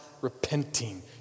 repenting